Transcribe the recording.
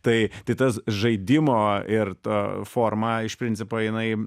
tai tai tas žaidimo ir ta forma iš principo jinai